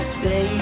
say